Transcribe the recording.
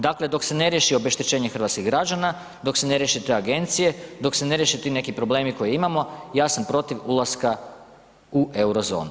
Dakle, dok se ne riješi obeštećenje hrvatskih građana, dok se riješe te agencije, dok se ne riješe ti neki problemi koje imamo ja sam protiv ulaska u euro zonu.